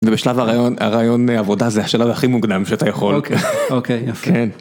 בשלב הראיון ... הראיון העבודה זה השלב הכי מוגנם שאתה יכול.